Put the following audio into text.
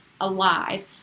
alive